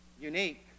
Unique